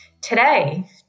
Today